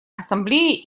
ассамблеи